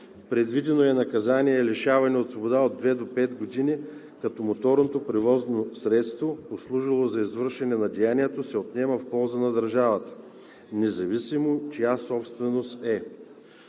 Предвидено е наказание лишаване от свобода от две до пет години, като моторното превозно средство, послужило за извършване на деянието, се отнема в полза на държавата, независимо чия собственост е.